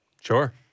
Sure